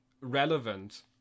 relevant